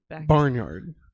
Barnyard